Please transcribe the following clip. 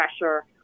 pressure